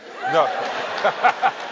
No